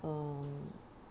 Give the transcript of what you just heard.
err